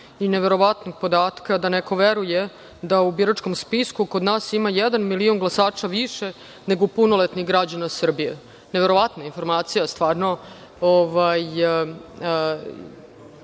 i neverovatnog podatka da neko veruje da u biračkom spisku kod nas ima jedan milion glasača više nego punoletnih građana Srbije. To je stvarno